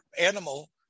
animal